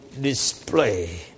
display